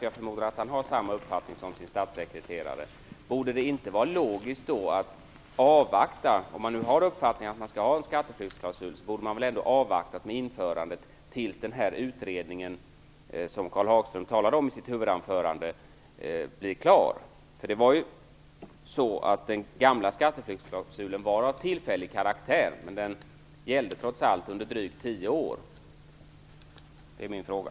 Jag förmodar att han har samma uppfattning som sin statssekreterare. Om man nu har uppfattningen att vi skall ha en skatteflyktsklausul borde man väl ändå avvakta med införandet tills den utredning som Karl Hagström talade om i sitt huvudanförande blir klar. Den gamla skatteflyktsklausulen var av tillfällig karaktär. Den gällde trots allt under drygt tio år. Detta är min fråga.